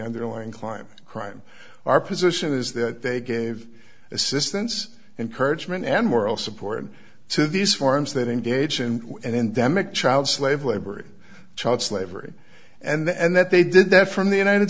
underlying clime crime our position is that they gave assistance encouragement and moral support to these forums that engage in an endemic slave labor child slavery and that they did that from the united